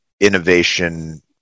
innovation